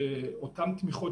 אותן תמיכות